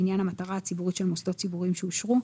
בעניין המטרה הציבורית של מוסדות ציבוריים שאושרו,